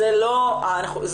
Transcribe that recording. זה לא העולם.